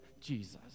Jesus